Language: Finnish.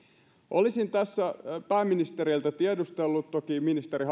olisin tässä pääministeriltä tiedustellut toki ministeri